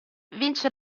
vince